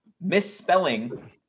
misspelling